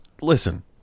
listen